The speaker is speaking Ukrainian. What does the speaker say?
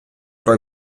про